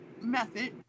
method